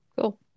Cool